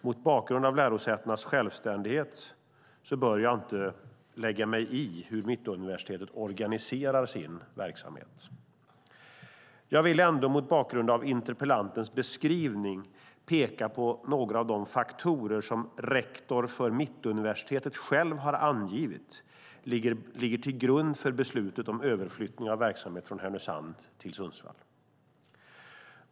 Mot bakgrund av lärosätenas självständighet bör jag inte lägga mig i hur Mittuniversitetet organiserar sin verksamhet. Jag vill ändå, mot bakgrund av interpellantens beskrivning, peka på några av de faktorer som rektorn för Mittuniversitetet själv har angivit ligger till grund för beslutet om överflyttning av verksamhet från Härnösand till Sundsvall.